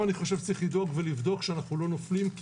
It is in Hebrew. שם אני חושב שצריך לדאוג ולבדוק שאנו לא נופלים,